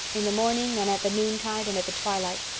in the morning and at the noontide and at the twilight.